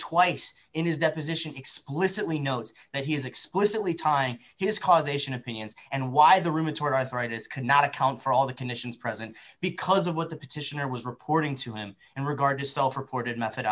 twice in his deposition explicitly notes that he has explicitly timing his causation opinions and why the rheumatoid arthritis cannot account for all the conditions present because of what the petitioner was reporting to him and regard to solve reported method